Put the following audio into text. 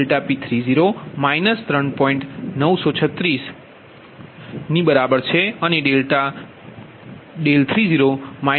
936 degree બરાબર છે અને ∆30 0